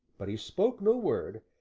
but he spoke no word,